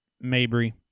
mabry